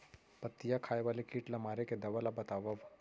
पत्तियां खाए वाले किट ला मारे के दवा ला बतावव?